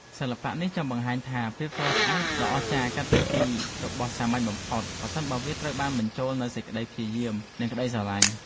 សិល្បៈនេះចង់បង្ហាញថា ភាពស្រស់ស្អាតដ៏អស្ចារ្យអាចកើតចេញពីរបស់សាមញ្ញបំផុត ប្រសិនបើវាត្រូវបានបញ្ចូលនូវសេចក្ដីព្យាយាម និងក្ដីស្រឡាញ់។